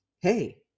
Hey